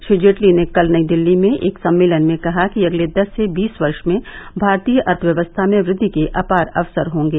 श्री जेटली ने कल नई दिल्ली में एक सम्मेलन में कहा कि अगले दस से बीस वर्ष में भारतीय अर्थव्यवस्था में वृद्धि के अपार अवसर होंगे